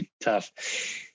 tough